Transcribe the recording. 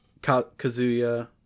Kazuya